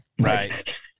right